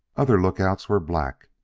other lookouts were black,